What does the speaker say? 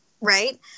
right